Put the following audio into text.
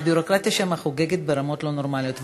הביורוקרטיה שם חוגגת ברמות לא נורמליות.